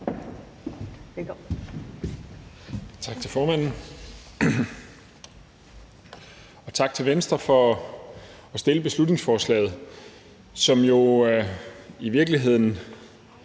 Tak til formanden, og tak til Venstre for at fremsætte beslutningsforslaget, hvor man jo i virkeligheden